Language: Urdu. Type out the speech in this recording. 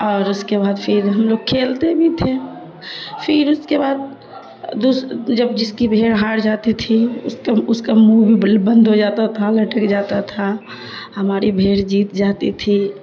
اور اس کے بعد پھر ہم لوگ کھیلتے بھی تھے پھر اس کے بعد دوس جب جس کی بھیڑ ہار جاتی تھی اس کا اس کا منہ بھی بند ہو جاتا تھا لٹک جاتا تھا ہماری بھیڑ جیت جاتی تھی